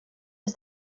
was